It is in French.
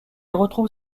retrouve